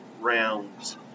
rounds